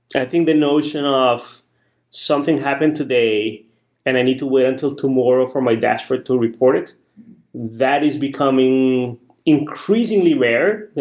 i think the notion of something happened today and i need to wait until tomorrow for my dashboard to report, that is becoming increasingly rare.